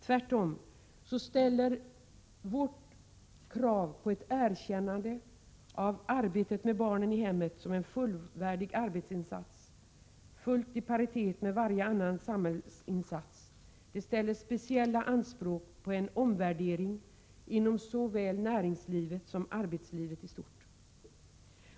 Tvärtom ställer vårt krav på ett erkännande av arbetet med barnen i hemmet som en fullvärdig arbetsinsats fullt i paritet med varje annan samhällsinsats speciella anspråk på en omvärdering inom såväl näringslivet som arbetslivet i stort.